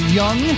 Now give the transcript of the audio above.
young